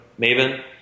Maven